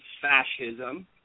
fascism